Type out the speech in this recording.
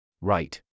Right